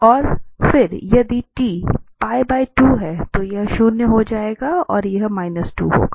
और फिर यदि t है तो यह शून्य हो जाएगा और यह 2 होगा